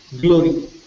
glory